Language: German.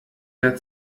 der